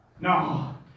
No